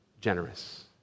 generous